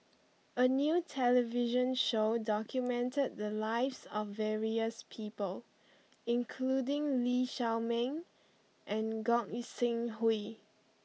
a new television show documented the lives of various people including Lee Shao Meng and Gog Sing Hooi